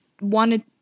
wanted